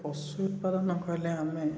ପଶୁ ଉତ୍ପାଦନ କହିଲେ ଆମେ